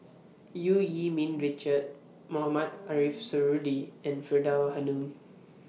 EU Yee Ming Richard Mohamed Ariff Suradi and Faridah Hanum